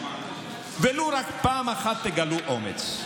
ולו רק פעם אחת תגלו אומץ.